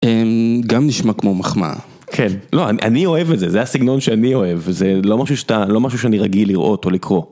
גם נשמע כמו מחמאה. -כן, לא, אני אוהב את זה, זה הסגנון שאני אוהב, וזה לא משהו שאתה... זה לא משהו שאני רגיל לראות או לקרוא.